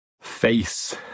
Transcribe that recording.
face